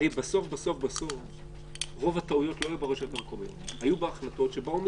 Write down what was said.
הרי בסוף בסוף בסוף רוב הטעויות לא היו ברשויות המקומיות ולא באו מהן,